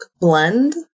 blend